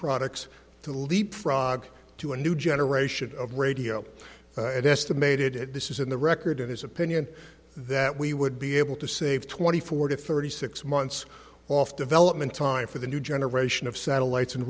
products to leap frog to a new generation of radio and estimated this is in the record in his opinion that we would be able to save twenty four to thirty six months off development time for the new generation of satellites and